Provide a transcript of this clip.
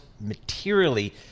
materially